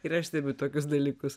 ir aš stebiu tokius dalykus